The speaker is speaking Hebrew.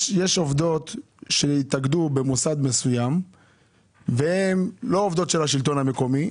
יש עובדות שהתאגדו במוסד מסוים והן לא עובדות של השלטון המקומי,